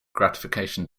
gratification